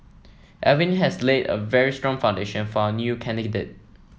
Alvin has laid a very strong foundation for our new